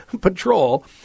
patrol